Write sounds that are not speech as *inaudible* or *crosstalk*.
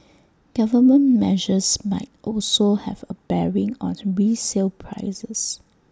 government measures might also have A bearing on *unintelligible* resale prices